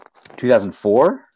2004